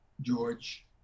george